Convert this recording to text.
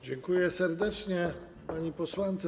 Dziękuję serdecznie pani posłance.